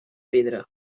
pedra